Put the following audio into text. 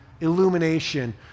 illumination